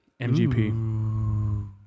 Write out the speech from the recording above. MGP